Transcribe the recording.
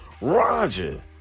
Roger